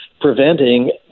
preventing